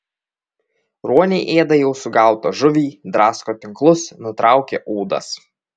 ruoniai ėda jau sugautą žuvį drasko tinklus nutraukia ūdas